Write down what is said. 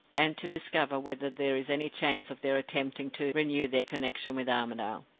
and to discover whether there is any chance of their attempting to renew their connection with armadale?